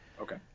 Okay